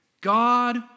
God